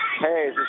Hey